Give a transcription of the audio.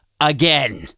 again